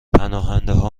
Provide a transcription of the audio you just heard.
پناهندهها